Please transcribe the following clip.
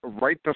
Right